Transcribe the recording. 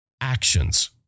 actions